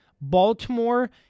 Baltimore